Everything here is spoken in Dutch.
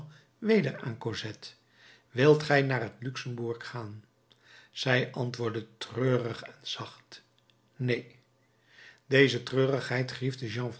weder aan cosette wilt gij naar het luxembourg gaan zij antwoordde treurig en zacht neen deze treurigheid griefde jean